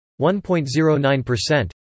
1.09%